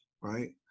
right